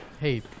Hey